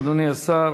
אדוני שר